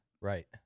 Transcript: Right